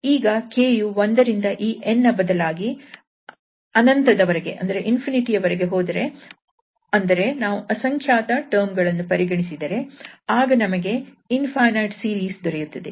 ಈಗ 𝑘 ಯು 1 ರಿಂದ ಈ 𝑛 ನ ಬದಲಾಗಿ ಅನಂತ ದವರೆಗೆ ಹೋದರೆ ಅಂದರೆ ನಾವು ಅಸಂಖ್ಯಾತ ಟರ್ಮ್ ಗಳನ್ನು ಪರಿಗಣಿಸಿದರೆ ಆಗ ನಮಗೆ ಇನ್ಫೈನೈಟ್ ಸೀರೀಸ್ ದೊರೆಯುತ್ತದೆ